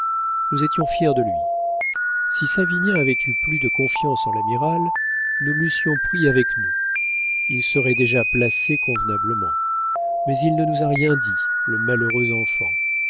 nous étions fiers de lui si savinien avait eu plus de confiance en l'amiral nous l'eussions pris avec nous il serait déjà placé convenablement mais il ne nous a rien dit le malheureux enfant